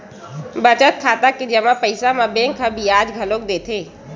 बचत खाता के जमा पइसा म बेंक ह बियाज घलो देथे